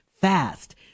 fast